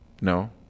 no